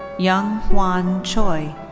young hwan choi.